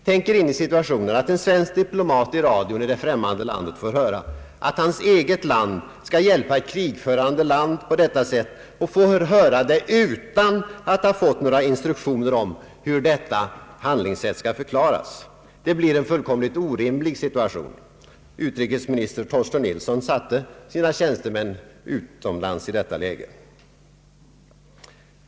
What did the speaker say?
Tänk er in i situationen att en svensk diplomat i radion i det främmande landet får höra att hans eget land skall hjälpa ett krigförande land på detta sätt och får höra det utan att ha fått några instruktioner om hur detta handlingssätt skall förklaras. Det blir en fullkomligt orimlig situation. Utrikesminister Torsten Nilsson satte sina tjänstemän utomlands i detta läge.